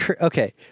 Okay